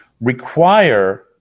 require